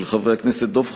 של חברי הכנסת דב חנין,